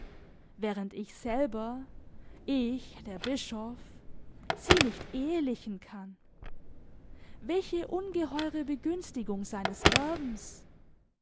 während ich selber ich der bischof sie nicht ehelichen kann welche ungeheure begünstigung seines werbens